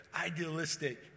idealistic